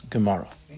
Gemara